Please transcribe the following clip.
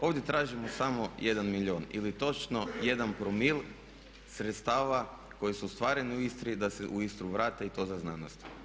Ovdje tražimo samo 1 milijun ili točno 1 promil sredstava koji su ostvareni u Istri da se u Istru vrate i to za znanost.